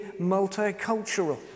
multicultural